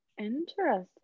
Interesting